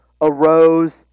arose